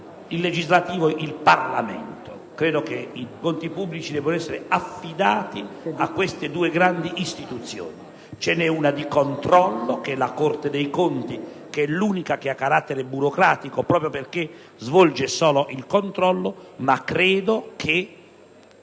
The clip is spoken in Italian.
il Legislativo, ossia il Parlamento. Credo che i conti pubblici debbano essere affidati a queste due grandi istituzioni. Ne esiste una di controllo che è la Corte dei conti, la quale è l'unica ad avere carattere burocratico proprio perché svolge solo il controllo. Credo che